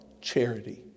charity